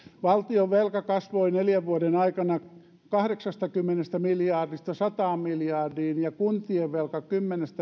valtionvelka kasvoi neljän vuoden aikana kahdeksastakymmenestä miljardista sataan miljardiin ja kuntien velka kymmenestä